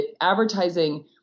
Advertising